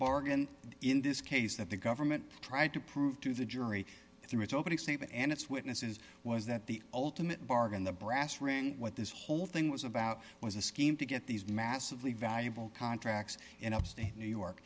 bargain in this case that the government tried to prove to the jury through its opening statement and its witnesses was that the ultimate bargain the brass ring what this whole thing was about was a scheme to get these massively valuable contracts in upstate new york